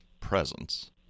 presence